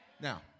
Now